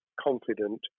confident